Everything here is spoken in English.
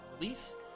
release